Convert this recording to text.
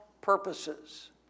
purposes